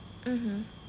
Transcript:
mmhmm